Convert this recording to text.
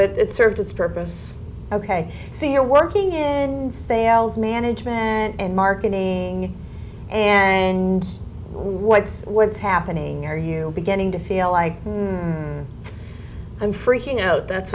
it served its purpose ok so you're working in sales management and marketing and what's what's happening are you beginning to feel like i'm freaking out that's